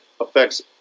affects